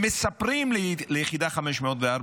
הם מספרים ליחידה 504,